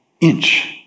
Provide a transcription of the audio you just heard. inch